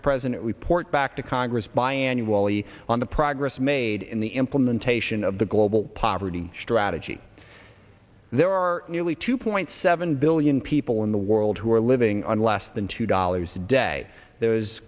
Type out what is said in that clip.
the president report back to congress by annually on the progress made in the implementation of the global poverty strategy there are nearly two point seven billion people in the world who are living on less than two dollars a day those